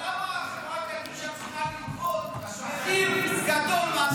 אבל למה החברה קדישא צריכה לקבוע מחיר גדול מהצרכן?